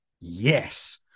Yes